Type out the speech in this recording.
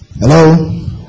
Hello